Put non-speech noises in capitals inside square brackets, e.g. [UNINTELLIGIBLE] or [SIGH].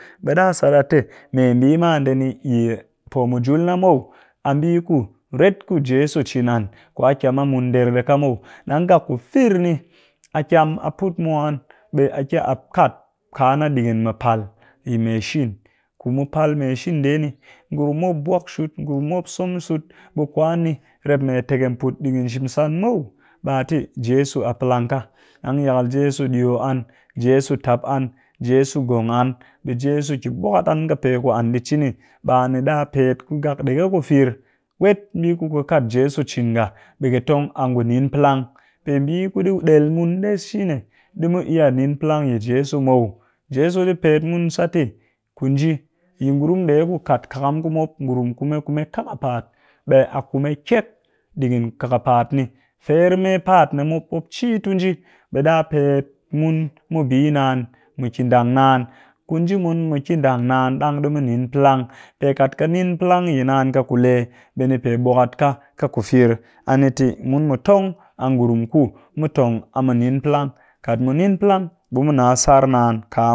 Ɓe ɗa sat a tɨ mee mbii ma ndee ni yi po mujul na muw, a mbii kuret ku jeso cin an ku a kyam a mun nder ɗi ka muw. Ɗang gak ku fir ni a kyam a put mwan ɓe a ki a kat ka na ɗigin mu pal yi mashin ku mu pal mashin ndee ni ngurum mop bwak shut, ngurum mop som shut e kwani rep me tikem put ɗigin shimsan muw, ɓa tɨ jeso a plang ka, ɗang yakal jeso diyo an. Jeso tap an, jeso ngong ɓe jeso ki bwakat an ka peku an ɗii cini. Ɓa ni ɗa pet ku ngak ɗege ku fir wet mbii ku kat jeso cin nga ɓe ka tong a ngu nin plang pe mbii ku ɗi ɗel mun ɗes shi ne ɗi mu iya nin plang yi jeso muw. Jeso ɗi pet mun sat tɨ ku nji yi ngurum ndee ku at kakam ku mop ngurum kume kume ƙakapaat, ɓe a kume kyek ɗigin kakapaat ni fermepaat ni mop ci tu nji ɓe ɗa pet mun mu bi naan mu ki ɗang naan ku nji mun muki ɗang naan ɗang ɗi mu nin plang pe kat ƙɨ nin plang yi naan ƙɨ ku le ɓe ni pe bwakat ka ƙɨ ku fir, a ni tɨ mun mu tong a ngurum ku mu tong a mu nin plang, kat mu nin plang ɓe mu nna tsar naan [UNINTELLIGIBLE]